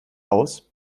aus